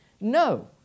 No